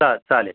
चाल चालेल